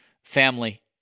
family